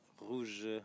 Rouge